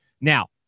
Now